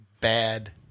bad